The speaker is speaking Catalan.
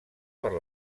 per